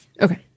Okay